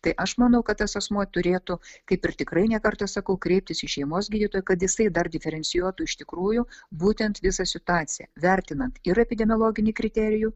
tai aš manau kad tas asmuo turėtų kaip ir tikrai ne kartą sakau kreiptis į šeimos gydytoją kad jisai dar diferencijuotų iš tikrųjų būtent visą situaciją vertinant ir epidemiologinį kriterijų